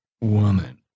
woman